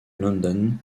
london